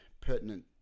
pertinent